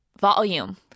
volume